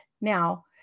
Now